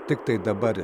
tiktai dabar